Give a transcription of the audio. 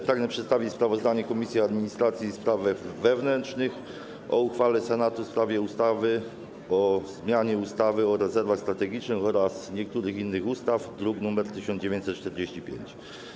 Pragnę przedstawić sprawozdanie Komisji Administracji i Spraw Wewnętrznych o uchwale Senatu w sprawie ustawy o zmianie ustawy o rezerwach strategicznych oraz niektórych innych ustaw, druk nr 1945.